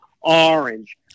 orange